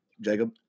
Jacob